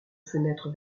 fenêtres